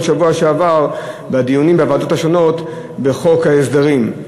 השבוע שעבר בדיונים בוועדות השונות בחוק ההסדרים.